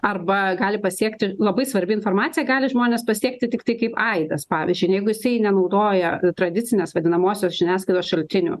arba gali pasiekti labai svarbi informacija gali žmones pasiekti tiktai kaip aidas pavyzdžiui jeigu jisai nenaudoja tradicinės vadinamosios žiniasklaidos šaltinių